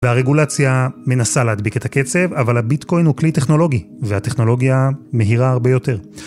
והרגולציה מנסה להדביק את הקצב, אבל הביטקוין הוא כלי טכנולוגי והטכנולוגיה מהירה הרבה יותר.